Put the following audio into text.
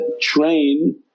train